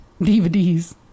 dvds